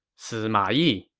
sima yi,